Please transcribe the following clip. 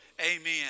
amen